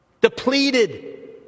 depleted